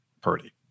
Purdy